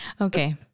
Okay